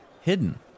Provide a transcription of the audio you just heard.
hidden